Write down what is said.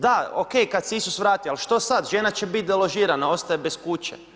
Da, OK, kad se Isus vrati, al što sad, žena će biti deložirana, ostaje bez kuće.